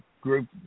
group